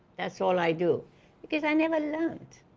that's all i do because i never learned.